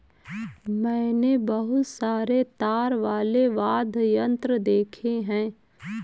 मैंने बहुत सारे तार वाले वाद्य यंत्र देखे हैं